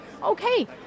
Okay